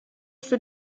für